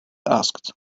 asked